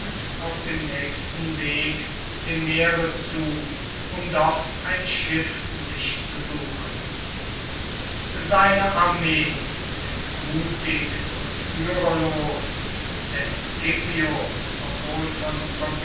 auf dem nächsten weg dem meere zu um dort ein schiff sich zu suchen seine armee entmutigt und führerlos denn scipio obwohl von